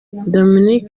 dominic